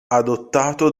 adottato